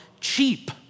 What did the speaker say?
cheap